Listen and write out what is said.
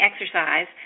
exercise